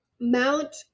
Mount